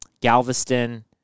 Galveston